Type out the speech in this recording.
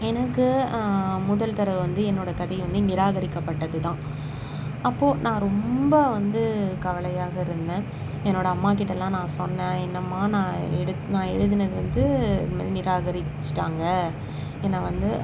எனக்கு முதல் தடவை வந்து என்னோடய கதையை வந்து நிராகரிக்கப்பட்டது தான் அப்போது நான் ரொம்ப வந்து கவலையாக இருந்தேன் என்னோட அம்மாகிட்டலாம் நான் சொன்னேன் என்னம்மா நான் எடு நான் எழுதினது வந்து இது மாரி நிராகரிச்சிட்டாங்கள் என்னை வந்து